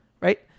Right